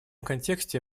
контексте